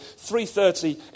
3.30